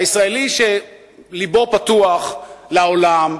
הישראלי שלבו פתוח לעולם,